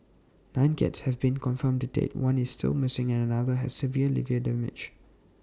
nine cats have been confirmed dead one is still missing and another has severe liver damage